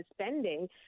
spending